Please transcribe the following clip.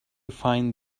find